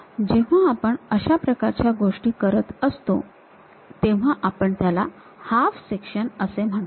जेव्हा आपण अशा प्रकारच्या गोष्टी करत असतो तेव्हा आपण त्याला हाफ सेक्शन असे म्हणत असतो